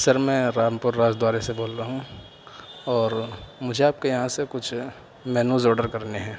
سر میں رامپور راج دوارے سے بول رہا ہوں اور مجھے آپ کے یہاں سے کچھ مینوز آڈر کرنے ہیں